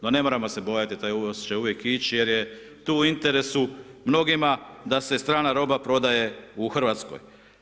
No, ne moramo se bojati, taj uvoz će uvijek ići jer je to u interesu mnogima, da se strana roba prodaje u Hrvatskoj.